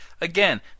Again